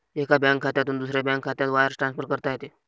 एका बँक खात्यातून दुसऱ्या बँक खात्यात वायर ट्रान्सफर करता येते